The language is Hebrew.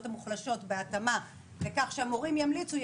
המוחלשות בהתאמה לכך שהמורים ימליצו,